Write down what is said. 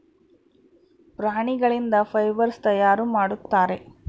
ಪ್ರಾಣಿಗಳಿಂದ ಫೈಬರ್ಸ್ ತಯಾರು ಮಾಡುತ್ತಾರೆ